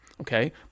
okay